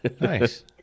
Nice